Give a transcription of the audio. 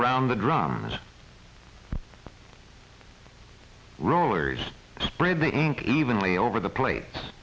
around the drums rollers spread the ink evenly over the pla